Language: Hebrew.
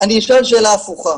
אני אשאל שאלה הפוכה,